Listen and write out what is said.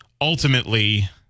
ultimately